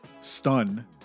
stun